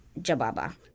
Jababa